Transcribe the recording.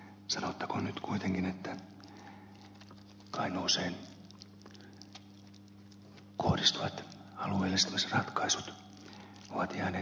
sanottakoon nyt kuitenkin että kainuuseen kohdistuvat alueellistamisratkaisut ovat jääneet toteutumatta